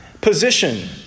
position